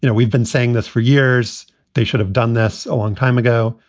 you know we've been saying this for years they should have done this a long time ago.